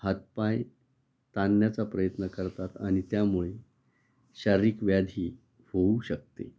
हातपाय ताणण्याचा प्रयत्न करतात आणि त्यामुळे शारीरिक व्याधी होऊ शकते